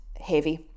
heavy